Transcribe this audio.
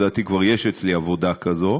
לדעתי כבר יש אצלי עבודה כזאת,